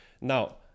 now